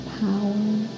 power